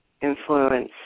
influence